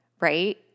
right